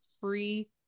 free